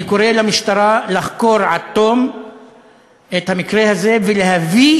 אני קורא למשטרה לחקור עד תום את המקרה הזה ולהביא